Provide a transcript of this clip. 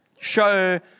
show